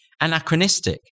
anachronistic